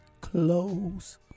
clothes